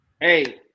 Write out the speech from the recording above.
hey